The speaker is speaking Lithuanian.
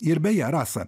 ir beje rasa